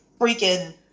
freaking